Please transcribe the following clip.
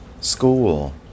school